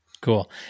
Cool